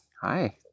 Hi